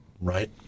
right